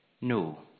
no